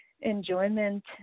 enjoyment